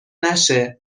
نشه